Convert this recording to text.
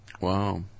Wow